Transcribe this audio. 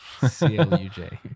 Cluj